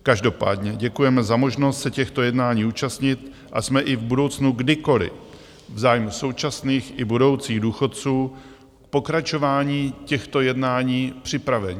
Každopádně děkujeme za možnost se těchto jednání účastnit a jsme i v budoucnu kdykoli v zájmu současných i budoucích důchodců v pokračování těchto jednání připraveni.